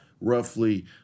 roughly